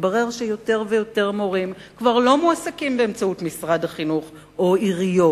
מתברר שיותר ויותר מורים כבר לא מועסקים באמצעות משרד החינוך או עיריות.